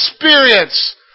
experience